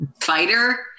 fighter